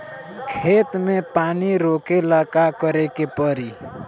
खेत मे पानी रोकेला का करे के परी?